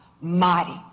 mighty